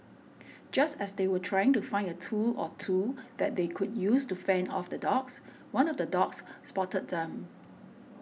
just as they were trying to find a tool or two that they could use to fend off the dogs one of the dogs spotted them